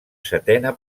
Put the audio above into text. setena